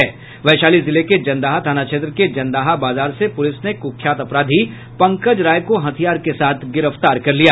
वैशाली जिले के जंदाहा थाना क्षेत्र के जंदाहा बाजार से पुलिस ने कुख्यात अपराधी पंकज राय को हथियार के साथ गिरफ्तार कर लिया